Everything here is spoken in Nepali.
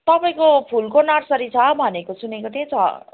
तपाईँको फुलको नर्सरी छ भनेको सुनेको थिएँ त